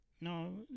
No